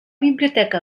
biblioteca